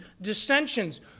dissensions